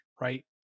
right